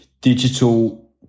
digital